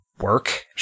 work